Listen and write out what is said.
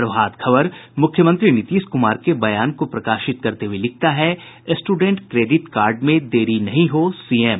प्रभात खबर मुख्यमंत्री नीतीश कुमार के बयान को प्रकाशित करते हुए लिखता है स्टूडेंट क्रेडिट कार्ड में देरी नहीं हो सीएम